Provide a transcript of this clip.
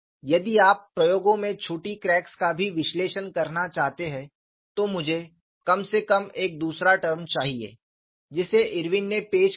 यदि आप प्रयोगों में छोटी क्रैक्स का भी विश्लेषण करना चाहते हैं तो मुझे कम से कम एक दूसरा टर्म चाहिए जिसे इरविन ने पेश किया था